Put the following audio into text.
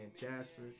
Jasper